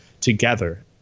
together